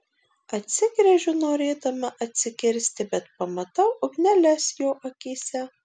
atsigręžiu norėdama atsikirsti bet pamatau ugneles jo akyse